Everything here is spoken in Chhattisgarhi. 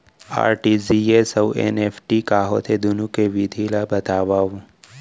आर.टी.जी.एस अऊ एन.ई.एफ.टी का होथे, दुनो के विधि ला बतावव